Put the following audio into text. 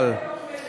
מתי יום ההולדת שלך?